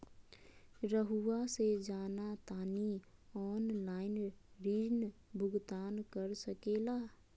रहुआ से जाना तानी ऑनलाइन ऋण भुगतान कर सके ला?